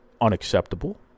unacceptable